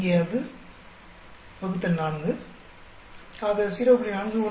இங்கே அது ÷ 4 ஆக 0